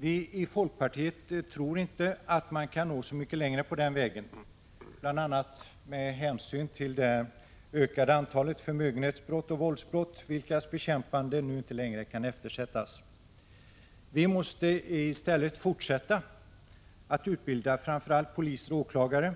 Vii folkpartiet tror inte att man kan nå så mycket längre på den vägen, bl.a. med hänsyn till det ökade antalet förmögenhetsbrott och våldsbrott, vilkas bekämpande nu inte längre kan eftersättas. Vi måste i stället fortsätta att utbilda framför allt poliser och åklagare